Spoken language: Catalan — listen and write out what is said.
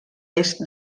est